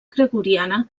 gregoriana